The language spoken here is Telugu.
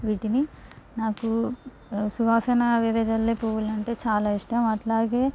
వీటిని నాకు సువాసన వెదజల్లే పువ్వులంటే చాలా ఇష్టం అట్లాగే